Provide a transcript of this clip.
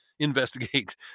investigate